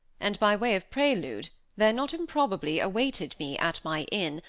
and by way of prelude, there not improbably awaited me, at my inn,